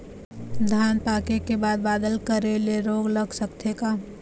धान पाके के बाद बादल करे ले रोग लग सकथे का?